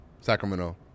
Sacramento